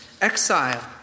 exile